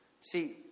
See